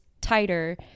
tighter